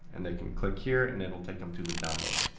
and they can click here, and it'll take them to the download.